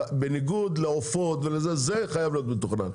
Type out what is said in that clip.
בניגוד לעופות ולזה, זה חייב להיות מתוכנן.